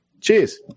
Cheers